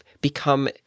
become